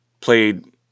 played